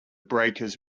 breakers